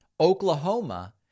Oklahoma